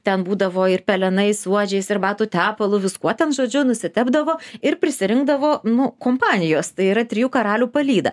ten būdavo ir pelenais suodžiais ir batų tepalu viskuo ten žodžiu nustebdavo ir prisirinkdavo nu kompanijos tai yra trijų karalių palydą